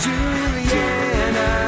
Juliana